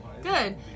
Good